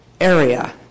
area